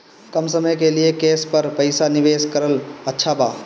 कम समय के लिए केस पर पईसा निवेश करल अच्छा बा?